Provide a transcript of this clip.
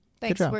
Thanks